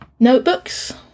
Notebooks